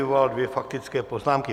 Vyvolal dvě faktické poznámky.